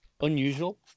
unusual